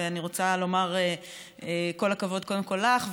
ואני רוצה לומר כל הכבוד קודם כול לך,